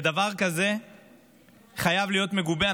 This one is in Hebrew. דבר כזה חייב להיות מגובה,